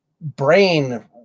brain